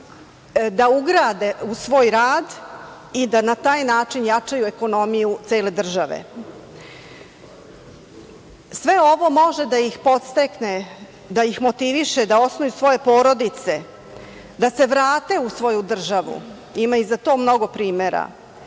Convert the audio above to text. da ugrade u svoj rad i da na taj način jačaju ekonomiju cele države. Sve ovo može da ih podstakne, da ih motiviše da osnuju svoje porodice, da se vrate u svoju državu, ima i za to mnogo primera,